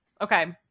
Okay